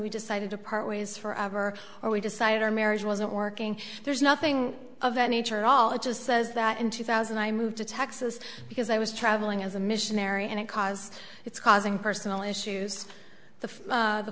we decided to part ways forever or we decided our marriage wasn't working there's nothing of that nature at all it just says that in two thousand i moved to texas because i was traveling as a missionary and it cause it's causing personal issues the fathe